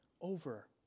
over